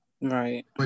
right